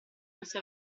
questi